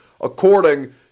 according